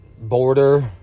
border